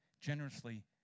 generously